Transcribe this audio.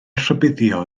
rhybuddio